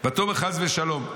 "ותאמר: חס ושלום.